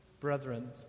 Brethren